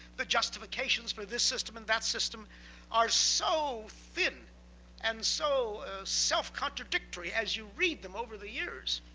the justifications for this system and that system are so thin and so self-contradictory, as you read them over the years,